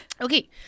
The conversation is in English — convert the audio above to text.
Okay